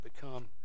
become